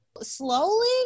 slowly –